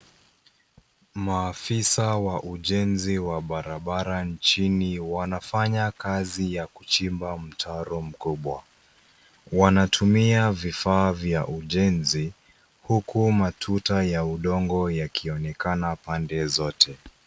Maafisa wa ujenzi wa barabara nchini wanafanya kazi ya kuchimba mtaro mkubwa. Wanatumia vifaa vya ujenzi huku matuta ya udongo yakionekana pande zote.